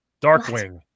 Darkwing